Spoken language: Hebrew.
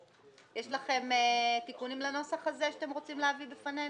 יש לכם תיקונים לנוסח הזה שאתם רוצים להביא בפנינו?